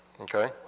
okay